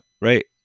right